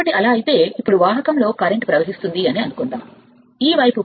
కాబట్టి అలా అయితే ఇప్పుడు వాహకం కరెంట్ మోస్తున్నట్లు చూద్దాం ఈ వైపు